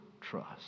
trust